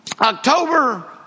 October